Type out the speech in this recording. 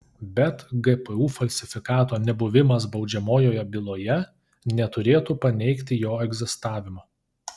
bet gpu falsifikato nebuvimas baudžiamojoje byloje neturėtų paneigti jo egzistavimo